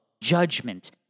judgment